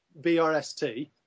BRST